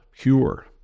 pure